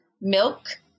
milk